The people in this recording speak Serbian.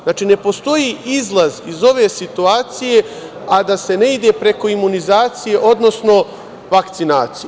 Znači, ne postoji izlaz iz ove situacije, a da se ne ide preko imunizacije, odnosno vakcinacije.